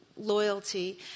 loyalty